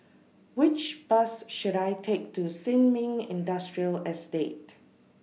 Which Bus should I Take to Sin Ming Industrial Estate